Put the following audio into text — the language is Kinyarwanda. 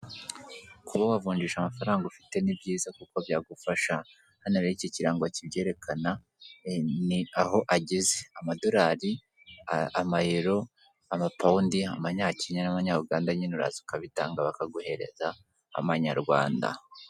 Kuba wavunjisha amafaranga ufite ni byiza kuko byagufasha. Hano rero iki kirango kibyerekana ni aho ageze. Amadolari, Amayero, Amapawundi, AmanyaKenya n'Amanya Uganda nyine uraza ukabitanga bakakohereza Amanyarwanda.